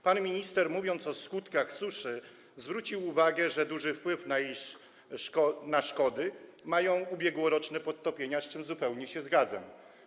Pan minister, mówiąc o skutkach suszy, zwrócił uwagę na to, że duży wpływ na szkody mają ubiegłoroczne podtopienia, z czym zupełnie się zgadzam.